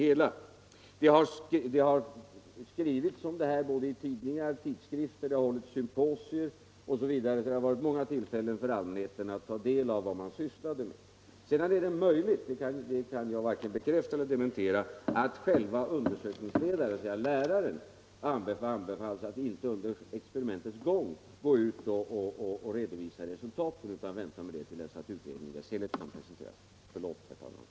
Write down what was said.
Det har skrivits om projektet i tidningar och tidskrifter, det har hållits symposier osv., så det har funnits många tillfällen för allmänheten att ta del av vad man sysslade med. Det är möjligt — det kan jag varken bekräfta eller dementera — att undersökningsledaren själv, dvs. läraren, anbefallts att inte under experimentets gång redovisa resultaten utan vänta med det till dess att utredningen i sin helhet kunde presenteras.